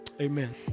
amen